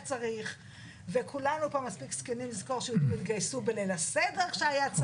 צריך וכולנו פה מספיק זקנים לזכור שהתגייסו בליל הסדר כשהיה צריך.